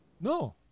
No